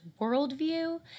worldview